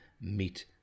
meet